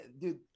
dude